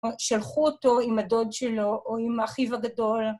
‫שלחו אותו עם הדוד שלו ‫או עם האחיו הגדול.